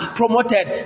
promoted